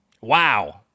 Wow